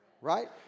right